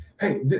hey